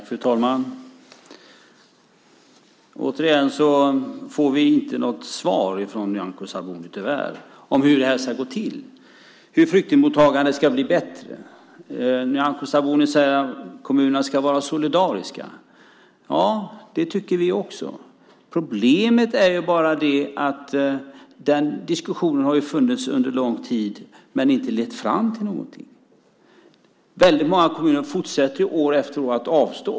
Fru talman! Återigen får vi tyvärr inte något svar från Nyamko Sabuni om hur det här ska gå till. Hur ska flyktingmottagandet bli bättre? Nyamko Sabuni säger att kommunerna ska vara solidariska. Det tycker vi också. Problemet är bara det att den diskussionen har funnits under lång tid, men inte lett fram till någonting. Många kommuner fortsätter år efter år att avstå.